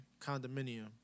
condominium